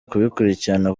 kubikurikirana